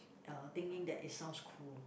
uh thinking that it sounds cool